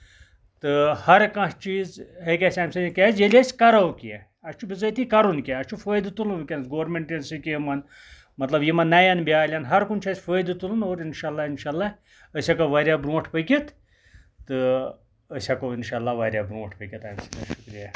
تہٕ ہر کانہہ چیٖز ہٮ۪کہِ اَسہِ اَمہِ سۭتۍ کیازِ ییٚلہِ أسۍ کرو کیٚنٛہہ اَسہِ چھُ بِزٲتی کَرُن کیٚنٛہہ اَسہِ چھُ فٲیدٕ تُلُن وٕنکیٚنس گوٚرمینٹ کین سِکیٖمَن مطلب یِمن نَاین بیالین ہَر کُنہِ چھُ اَسہِ فٲیدٕ تُلُن اور اِنشاہ اللہ اِنشاہ اللہ أسۍ ہٮ۪کو واریاہ برٛونٹھ پٔکِتھ تہٕ أسۍ ہٮ۪کو اِنشاہ اللہ واریاہ برٛونٹھ پٔکِتھ اَمہِ سۭتۍ شُکرِیا